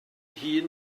hŷn